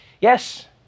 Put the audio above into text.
Yes